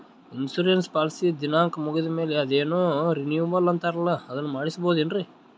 Insurance ಪಾಲಿಸಿಯ ದಿನಾಂಕ ಮುಗಿದ ಮೇಲೆ ಅದೇನೋ ರಿನೀವಲ್ ಅಂತಾರಲ್ಲ ಅದನ್ನು ಮಾಡಿಸಬಹುದೇನ್ರಿ?